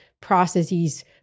processes